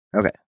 Okay